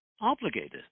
obligated